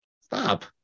Stop